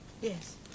Yes